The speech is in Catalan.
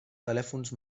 telèfons